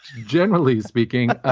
generally speaking,